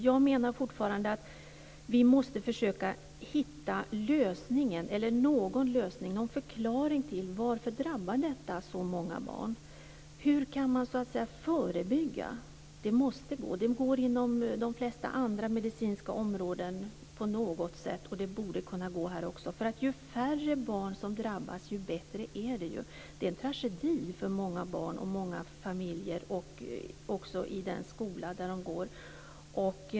Jag menar fortfarande att vi måste försöka hitta någon lösning och någon förklaring till att detta drabbar så många barn. Hur kan man förebygga? Det måste gå att göra det. Det går att göra det inom de flesta andra medicinska områden, och det borde kunna gå också på det här området. Ju färre barn som drabbas desto bättre är det. Det här är en tragedi för många barn, familjer och skolor, där barnen går.